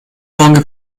longer